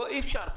פה אי אפשר.